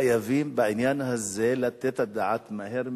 חייבים בעניין הזה לתת את הדעת מהר מאוד.